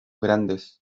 grandes